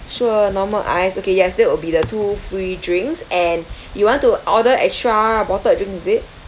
sure normal ice okay yes that will be the two free drinks and you want to order extra bottled drinks is it